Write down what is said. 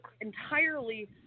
entirely